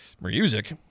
Music